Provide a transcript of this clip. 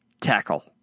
tackle